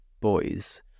boys